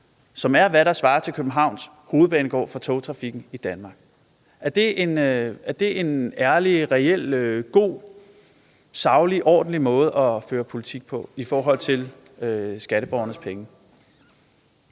hvad der svarer til Københavns Hovedbanegård for togtrafikken i Danmark? Er det en ærlig, reel, god, saglig og ordentlig måde at føre politik på i forhold til skatteborgernes penge?